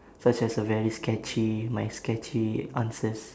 such as a very sketchy my sketchy answers